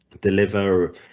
deliver